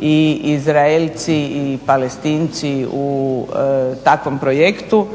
i Izraelci i Palestinci u takvom projektu.